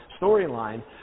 storyline